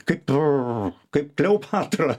kaip kaip kleopatra